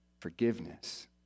forgiveness